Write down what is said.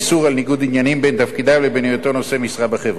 ניגוד עניינים בין תפקידיו לבין היותו נושא משרה בחברה.